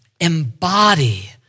embody